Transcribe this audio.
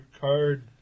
card